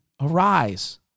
arise